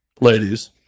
ladies